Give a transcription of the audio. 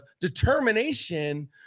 determination